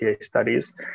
studies